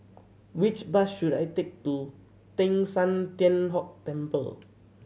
which bus should I take to Teng San Tian Hock Temple